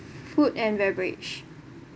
food and beverage